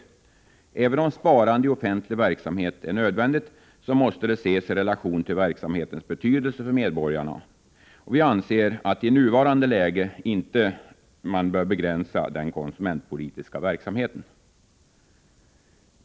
Även om det är nödvändigt med besparingar inom den offentliga verksamheten, måste besparingsåtgärden ses i relation till verksamhetens betydelse för medborgarna, och vi anser att man i nuvarande läge inte bör begränsa den konsumentpolitiska verksamheten.